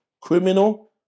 criminal